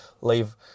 leave